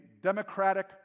democratic